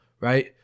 right